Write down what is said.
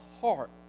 heart